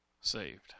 Saved